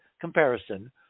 comparison